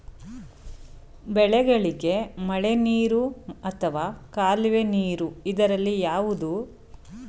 ಬೆಳೆಗಳಿಗೆ ಮಳೆನೀರು ಅಥವಾ ಕಾಲುವೆ ನೀರು ಇದರಲ್ಲಿ ಯಾವುದು ಉಪಯುಕ್ತವಾಗುತ್ತದೆ?